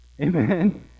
Amen